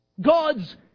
God's